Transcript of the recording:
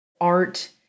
art